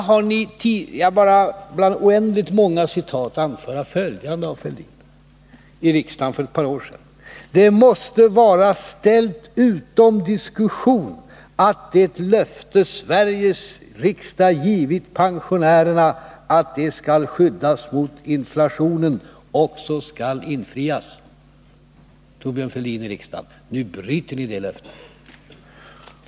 Jag skulle kunna ta oändligt många citat från Thorbjörn Fälldin, men jag vill anföra bara följande som han sade i riksdagen för ett par år sedan: ”Det måste vara ställt utom diskussion att det löfte Sveriges riksdag givit pensionärerna, att de skall skyddas mot inflationen, också skall infrias.” Nu bryter ni det löftet.